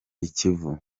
ikivu